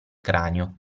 cranio